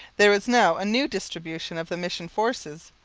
there was now a new distribution of the mission forces,